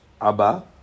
aba